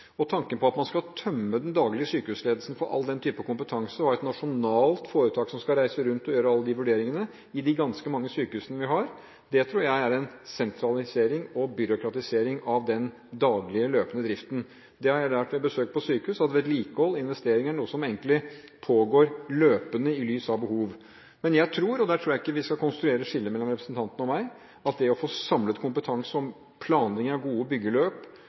funksjonalitet. Tanken om at man skal tømme den daglige sykehusledelsen for all den type kompetanse, og ha et nasjonalt foretak som skal reise rundt og gjøre alle de vurderingene i de ganske mange sykehusene vi har, tror jeg innebærer en sentralisering og byråkratisering av den daglige løpende driften. Ved besøk på sykehus har jeg lært at vedlikehold og investeringer er noe som egentlig pågår løpende, i lys av behov. Men jeg tror, og der tror jeg ikke vi skal konstruere noe skille mellom representanten og meg, at for å få samlet kompetanse om planlegging av gode byggeløp,